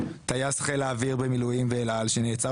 טייס חיל האוויר במילואים ואל על שנעצר